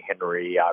Henry